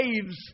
saves